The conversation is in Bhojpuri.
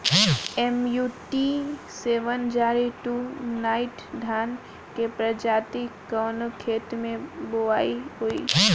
MUT seven zero two nine धान के प्रजाति कवने खेत मै बोआई होई?